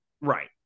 Right